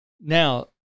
Now